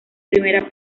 primera